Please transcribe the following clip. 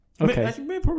okay